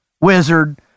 wizard